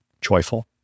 joyful